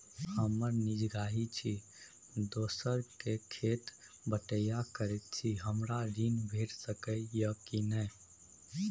हम निजगही छी, दोसर के खेत बटईया करैत छी, हमरा ऋण भेट सकै ये कि नय?